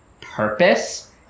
purpose